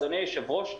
אדוני היושב-ראש,